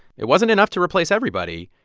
it wasn't enough to replace everybody.